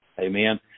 Amen